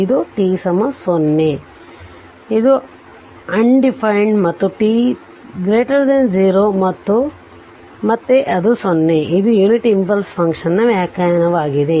ಇದು t 0 ಇದು undefined ಮತ್ತು t 0 ಮತ್ತೆ ಅದು 0 ಇದು ಯುನಿಟ್ ಇಂಪಲ್ಸ್ ಫಂಕ್ಷನ್ ವ್ಯಾಖ್ಯಾನವಾಗಿದೆ